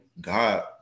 God